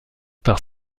par